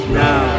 now